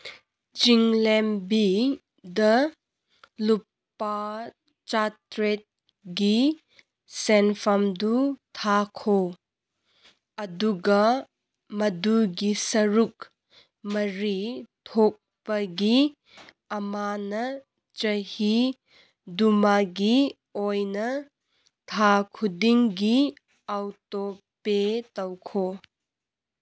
ꯆꯤꯡꯂꯦꯝꯕꯤꯗ ꯂꯨꯄꯥ ꯆꯥꯇ꯭ꯔꯦꯠꯒꯤ ꯁꯦꯟꯐꯝꯗꯨ ꯊꯥꯈꯣ ꯑꯗꯨꯒ ꯃꯗꯨꯒꯤ ꯁꯔꯨꯛ ꯃꯔꯤ ꯊꯣꯛꯄꯒꯤ ꯑꯃꯅ ꯆꯍꯤꯗꯨꯃꯒꯤ ꯑꯣꯏꯅ ꯊꯥ ꯈꯨꯗꯤꯡꯒꯤ ꯑꯣꯇꯣꯄꯦ ꯇꯧꯈꯣ